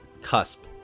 cusp